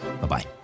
Bye-bye